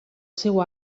seu